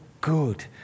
good